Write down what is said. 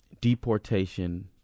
deportation